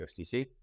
USDC